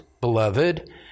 beloved